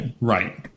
right